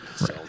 Right